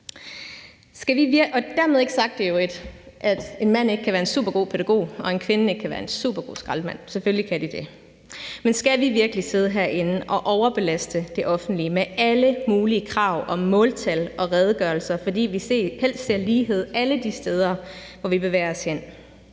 Dermed ikke sagt, at en mand ikke kan være en supergod pædagog og en kvinde ikke kan være en supergod skraldemand, selvfølgelig kan de det. Men skal vi virkelig sidde herinde og overbelaste det offentlige med alle mulige krav om måltal og redegørelser, fordi vi helst ser lighed alle de steder, hvor vi bevæger os hen?